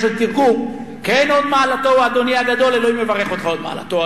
אַלְלַה יְבַּארֵכּ פִיכְּ סִידִי.